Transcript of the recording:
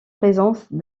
présence